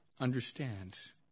understands